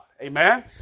Amen